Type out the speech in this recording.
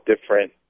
different